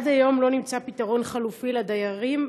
עד היום לא נמצא פתרון חלופי לדיירים,